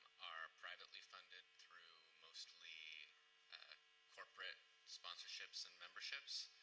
are privately funded through mostly corporate sponsorships and memberships,